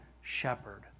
shepherd